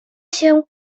się